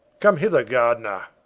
come hither gardiner.